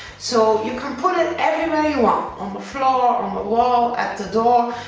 so you can put it anywhere you want. on the floor, on the wall, at the door.